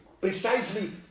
precisely